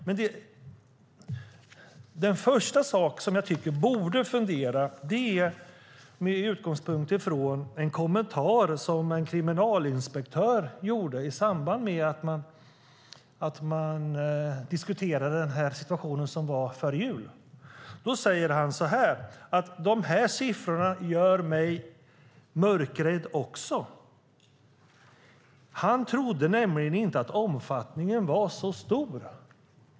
Det jag först tycker att man borde fundera med utgångspunkt från är en kommentar som en kriminalinspektör gjorde i samband med att den situation som var före jul diskuterades. Han sade: De här siffrorna gör mig mörkrädd också. Han trodde nämligen inte att omfattningen var så stor.